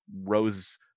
rose